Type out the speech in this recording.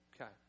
Okay